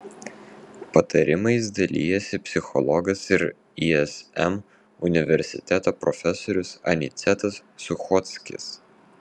patarimais dalijasi psichologas ir ism universiteto profesorius anicetas suchockis